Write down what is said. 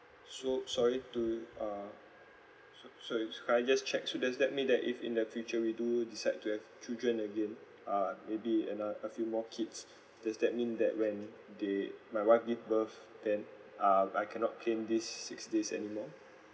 so sorry to uh so so if could I just check so does that mean that if in the future we do decide to have children again uh maybe ano~ a few more kids does that mean that when they my wife give birth then um I cannot claim this six days anymore